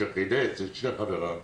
כשחילץ את שני חבריו.